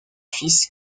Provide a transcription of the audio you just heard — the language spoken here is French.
fils